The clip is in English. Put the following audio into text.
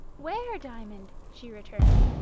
where, diamond? she returned.